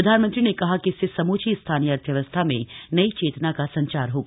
प्रधानमंत्री ने कहा कि इससे समूची स्थानीय अर्थव्यवस्था में नई चेतना का संचार होगा